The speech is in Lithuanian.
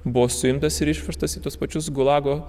buvo suimtas ir išvežtas į tuos pačius gulago